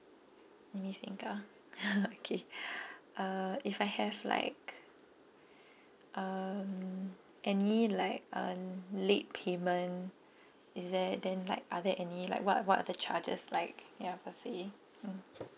let me think ah okay uh if I have like um any like um late payment is there then like are there any like what what are the charges like ya per se mm